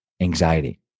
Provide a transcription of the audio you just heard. anxiety